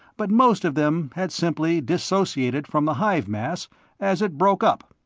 but most of them had simply disassociated from the hive mass as it broke up.